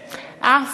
אה, אה.